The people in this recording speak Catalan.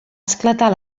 esclatar